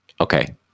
okay